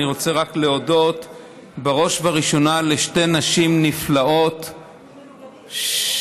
אני רק רוצה להודות בראש ובראשונה לשתי נשים נפלאות -- רבותיי,